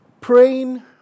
Praying